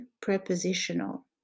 prepositional